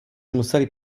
museli